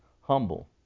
humble